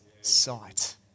sight